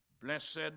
Blessed